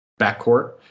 backcourt